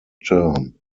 term